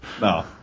No